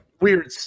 Weird